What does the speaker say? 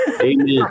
Amen